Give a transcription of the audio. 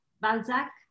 Balzac